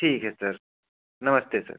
ठीक है सर नमस्ते सर